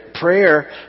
Prayer